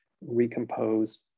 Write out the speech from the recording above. recompose